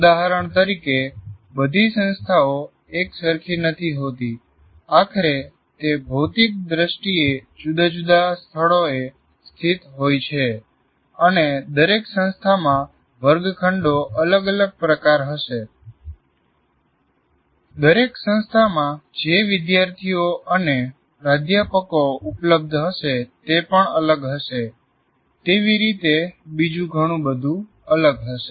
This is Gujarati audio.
ઉદાહરણ તરીકે બધી સંસ્થાઓ એકસરખી નથી હોતી આખરે તે ભૌતિક દ્રષ્ટિએ જુદા જુદા સ્થળોએ સ્થિત હોય છે અને દરેક સંસ્થામાં વર્ગખંડો અલગ અલગ પ્રકાર હશે દરેક સંસ્થામાં જે વિદ્યાર્થીઓ અને પ્રાધ્યાપકો ઉપલબ્ધ હશે તે પણ અલગ હશે તેવી રીતે બીજું ઘણું બધું અલગ હશે